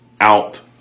out